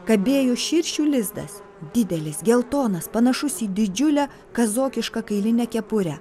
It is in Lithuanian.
kabėjo širšių lizdas didelis geltonas panašus į didžiulę kazokišką kailinę kepurę